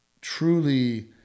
truly